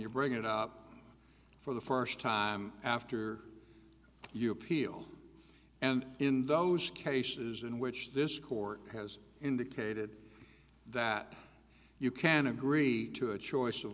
you bring it up for the first time after you appeal and in those cases in which this court has indicated that you can agree to a choice of